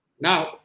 Now